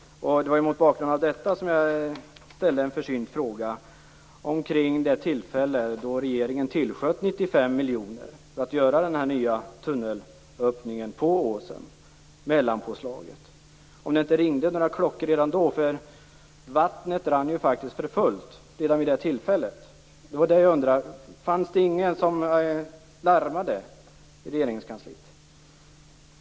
Det var mot bakgrund av detta som jag ställde en försynt fråga omkring det tillfälle då regeringen tillsköt 95 miljoner kronor för att göra denna nya tunnelöppning på åsen. Ringde det då inte några varningsklockor? Vattnet rann ju faktiskt för fullt redan då. Var det ingen som larmade i Regeringskansliet?